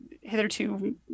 hitherto